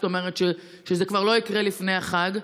זאת אומרת שזה כבר לא יקרה לפני החג.